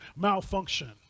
malfunction